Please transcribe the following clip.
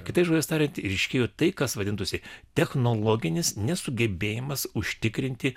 kitais žodžiais tariant ryškėjo tai kas vadintųsi technologinis nesugebėjimas užtikrinti